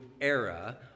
era